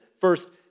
first